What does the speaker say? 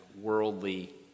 worldly